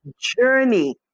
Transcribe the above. journey